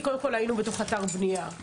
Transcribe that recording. שהיינו בתוך אתר בנייה,